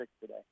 today